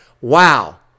Wow